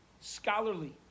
scholarly